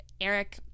Eric